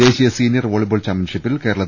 ദേശീയ senior volleyball ചാമ്പ്യൻഷിപ്പിൽ കേരള